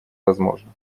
возможно